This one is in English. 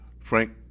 Frank